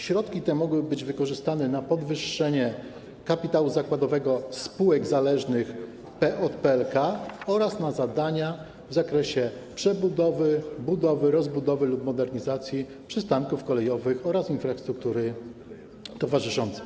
Środki te mogłyby być wykorzystane na podwyższenie kapitału zakładowego spółek zależnych od PKP PLK oraz na zadania w zakresie przebudowy, budowy, rozbudowy lub modernizacji przystanków kolejowych oraz infrastruktury towarzyszącej.